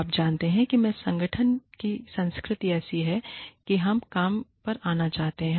तो आप जानते हैं कि संगठन की संस्कृति ऐसी है कि हम काम पर आना चाहते हैं